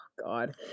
God